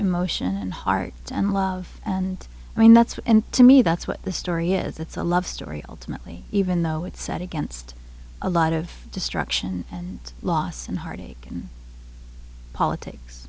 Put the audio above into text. emotion and hearts and love and i mean that's and to me that's what the story is it's a love story ultimately even though it's set against a lot of destruction and loss and heartache and politics